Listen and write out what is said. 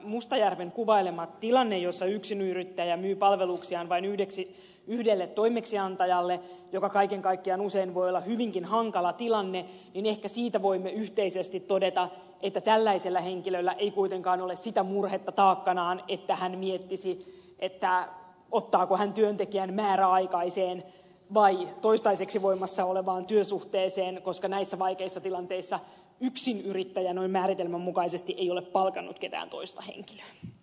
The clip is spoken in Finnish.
mustajärven kuvailemasta tilanteesta jossa yksinyrittäjä myy palveluksiaan vain yhdelle toimeksiantajalle mikä kaiken kaikkiaan usein voi olla hyvinkin hankala tilanne voimme ehkä yhteisesti todeta että tällaisella henkilöllä ei kuitenkaan ole sitä murhetta taakkanaan että hän miettisi ottaako hän työntekijän määräaikaiseen vai toistaiseksi voimassa olevaan työsuhteeseen koska näissä vaikeissa tilanteissa yksinyrittäjä noin määritelmän mukaisesti ei ole palkannut ketään toista henkilöä